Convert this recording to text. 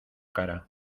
cara